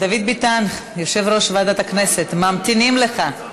דוד ביטן, יושב-ראש ועדת הכנסת, ממתינים לך,